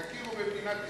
תכירו במדינת ישראל,